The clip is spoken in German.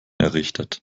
errichtet